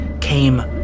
came